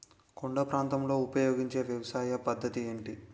కొండ ప్రాంతాల్లో ఉపయోగించే వ్యవసాయ పద్ధతి ఏంటి?